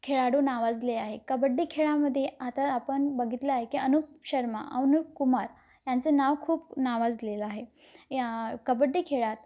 खेळाडू नावाजले आहे कबड्डी खेळामध्ये आता आपण बघितलं आहे की अनुप शर्मा अ अनूप कुमार यांचं नाव खूप नावाजलेलं आहे या कबड्डी खेळात